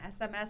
SMS